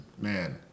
Man